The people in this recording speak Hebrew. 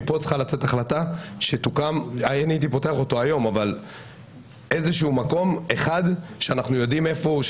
מפה צריכה לצאת החלטה שיוקם איזשהו מקום אחד שאנחנו יודעים איפה הוא,